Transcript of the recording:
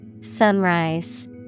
Sunrise